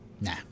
Nah